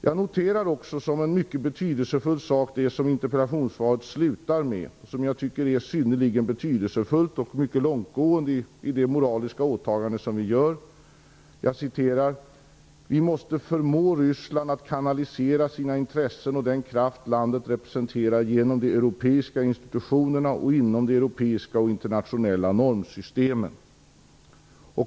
Jag noterar också att det är en mycket betydelsefull sak som står i slutet av interpellationssvaret. Det är synnerligen betydelsefullt och mycket långtgående i det moraliska åtagande som vi gör: "Vi måste förmå Ryssland att kanalisera sina intressen och den kraft landet representerar genom de europeiska institutionerna och inom de europeiska och internationella normsystemen."